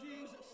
Jesus